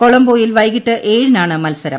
കൊളംബോയിൽ വൈകിട്ട് ഏഴിനാണ് മത്സരം